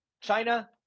China